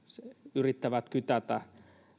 yrittävät kytätä